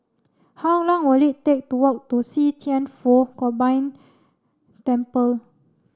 how long will it take to walk to See Thian Foh Combined Temple